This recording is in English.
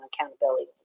accountability